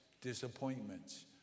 disappointments